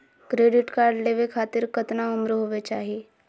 Credit card लेवे खातीर कतना उम्र होवे चाही?